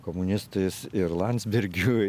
komunistais ir landsbergiu